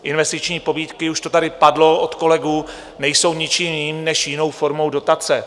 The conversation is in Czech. Investiční pobídky, už to tady padlo od kolegů, nejsou ničím jiným než jinou formou dotace.